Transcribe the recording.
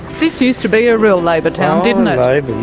this used to be a real labor town didn't it?